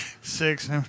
Six